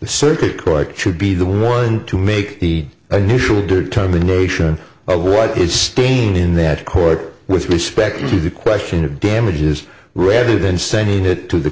the circuit court should be the one to make the initial determination of what is staying in that court with respect to the question of damages rather than send it to the